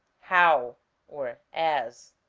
how or as,